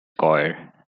choir